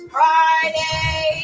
Friday